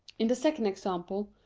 in the second example,